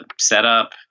setup